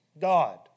God